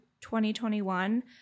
2021